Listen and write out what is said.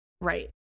Right